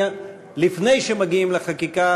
לפני שמגיעים לחקיקה,